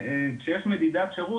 כשיש מדידת שירות